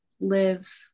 live